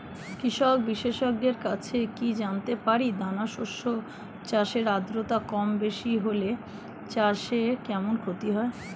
কৃষক বিশেষজ্ঞের কাছে কি জানতে পারি দানা শস্য চাষে আদ্রতা কমবেশি হলে চাষে কেমন ক্ষতি হয়?